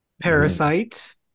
Parasite